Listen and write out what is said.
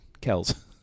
Kells